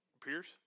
Pierce